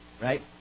right